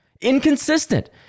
inconsistent